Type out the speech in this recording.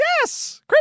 Yes